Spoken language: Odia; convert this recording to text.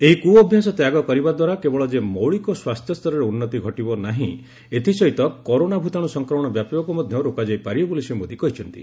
ଏହି କୁ ଅଭ୍ୟାସ ତ୍ୟାଗ କରିବାଦ୍ୱାରା କେବଳ ଯେ ମୌଳିକ ସ୍ୱାସ୍ଥ୍ୟ ସ୍ତରରେ ଉନ୍ନତି ଘଟିବ ନାହିଁ ଏଥିସହିତ କରୋନା ଭୂତାଣୁ ସଂକ୍ରମଣ ବ୍ୟାପିବାକୁ ମଧ୍ୟ ରୋକାଯାଇପାରିବ ବୋଲି ଶ୍ରୀ ମୋଦି କହିଛନ୍ତି